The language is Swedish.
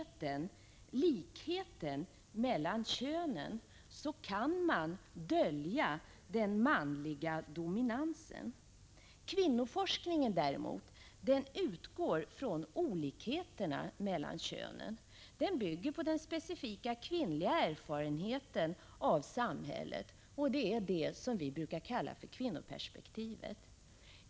1985/86:159 ten, likheten mellan könen, kan man dölja den manliga dominansen. 2 juni 1986 Kvinnoforskningen utgår däremot från olikheterna mellan könen. Den bygger på specifika kvinnliga erfarenheter av samhället. Det är detta vi brukar kalla för kvinnoperspektivet.